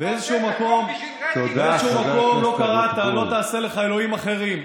באיזשהו מקום לא קראת "לא תעשה לך אלוהים אחרים",